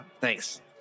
thanks